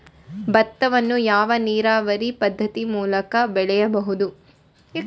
ಭತ್ತವನ್ನು ಯಾವ ನೀರಾವರಿ ಪದ್ಧತಿ ಮೂಲಕ ಬೆಳೆಯಬಹುದು?